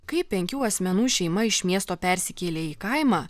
kai penkių asmenų šeima iš miesto persikėlė į kaimą